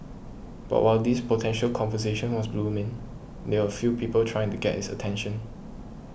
but while this potential conversation was blooming there were a few people trying to get his attention